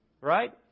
Right